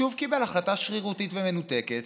שוב קיבל החלטה שרירותית ומנותקת